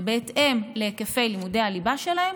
ובהתאם להיקפי לימודי הליבה שלהם,